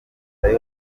zion